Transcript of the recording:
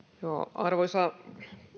arvoisa